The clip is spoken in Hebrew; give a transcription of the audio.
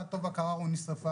פחות או יותר לדוח הזה?